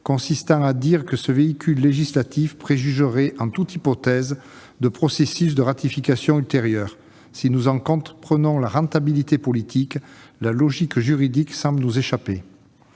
consistant à dire que ce véhicule législatif préjugerait, en toute hypothèse, de processus de ratification ultérieurs : si nous en comprenons la rentabilité politique, la logique juridique semble nous échapper.